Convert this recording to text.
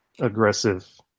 aggressive